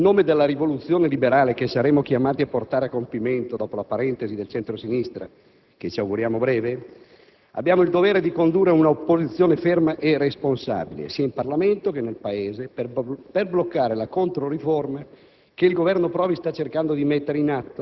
Non c'è dunque tempo da perdere. In nome della rivoluzione liberale che saremo chiamati a portare a compimento dopo la parentesi del centro-sinistra che ci auguriamo breve, abbiamo il dovere di condurre un'opposizione ferma e responsabile sia nel Parlamento che nel Paese per bloccare la controriforma